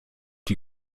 die